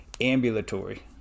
ambulatory